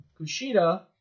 Kushida